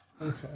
Okay